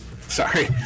sorry